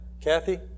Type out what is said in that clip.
Kathy